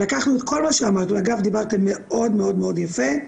לקחנו את כל מה שאמרת, ואגב דיברתם מאוד מאוד יפה,